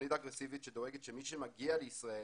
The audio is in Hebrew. תוכנית אגרסיבית שדואגת שמי שמגיע לישראל